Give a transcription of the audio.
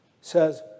says